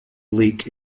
lake